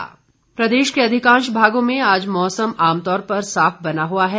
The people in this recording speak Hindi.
मौसम प्रदेश के अधिकांश भागों में आज मौसम आमतौर पर साफ बना हुआ है